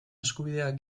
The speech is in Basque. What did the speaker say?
eskubideak